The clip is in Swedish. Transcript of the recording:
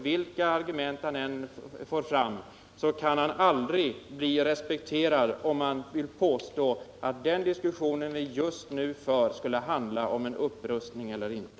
Vilka argument han än för fram kan han aldrig bli respekterad om han påstår att den diskussion vi just nu för skulle handla om upprustning eller inte.